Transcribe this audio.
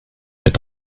met